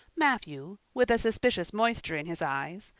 matthew, with a suspicious moisture in his eyes,